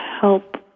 help